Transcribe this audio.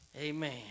Amen